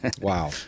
Wow